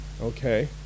okay